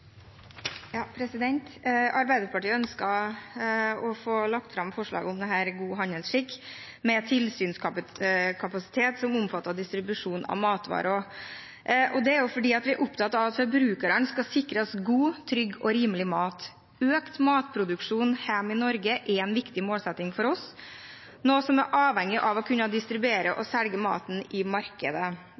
fordi vi er opptatt av at forbrukerne skal sikres god, trygg og rimelig mat. Økt matproduksjon hjemme i Norge er en viktig målsetting for oss, noe som er avhengig av at man kan distribuere og selge maten i markedet.